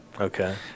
Okay